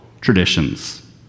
Traditions